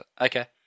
Okay